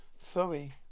Sorry